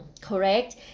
correct